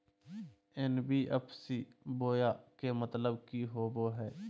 NBFC बोया के मतलब कि होवे हय?